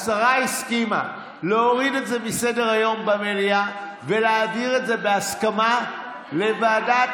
השרה הסכימה להוריד את זה מסדר-היום במליאה ולהעביר את זה בהסכמה לוועדת